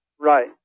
Right